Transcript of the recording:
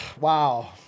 Wow